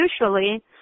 usually